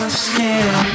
skin